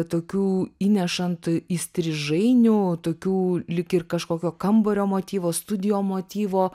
tokių įnešant įstrižainių tokių lyg ir kažkokio kambario motyvo studijo motyvo